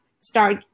start